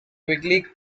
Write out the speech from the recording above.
quickly